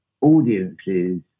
audiences